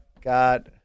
got